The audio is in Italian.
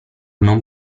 non